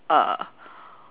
uh